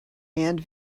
and